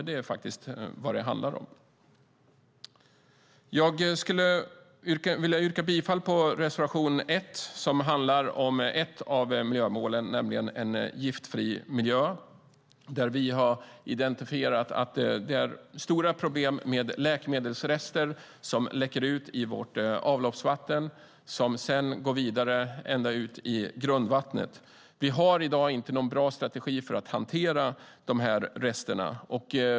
Det är vad det handlar om. Jag yrkar bifall till reservation 1 som handlar om ett av miljömålen, nämligen en giftfri miljö. Där har vi identifierat att det är stora problem med läkemedelsrester som läcker ut i vårt avloppsvatten. De går sedan vidare ända ned i grundvattnet. Vi har i dag inte någon bra strategi för att hantera de resterna.